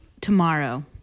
tomorrow